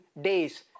days